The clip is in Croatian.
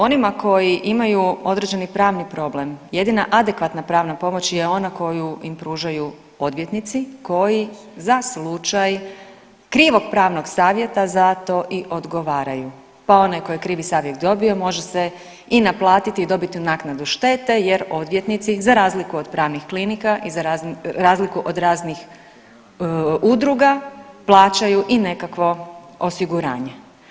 Onima koji imaju određeni pravni problem jedina adekvatna pravna pomoć je ona koju im pružaju odvjetnici koji za slučaj krivog pravnog savjeta zato i odgovaraju, pa onaj tko je krivi savjet dobio može se i naplatiti i dobiti naknadu štetu jer odvjetnici za razliku od pravnih klinika i za razliku od raznih udruga plaćaju i nekakvo osiguranje.